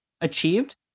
achieved